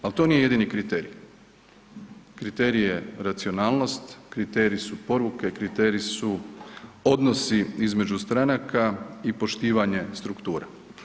Ali to nije jedini kriterij, kriterij je racionalnost, kriterij su poruke, kriterij su odnosi između stranaka i poštivanje struktura.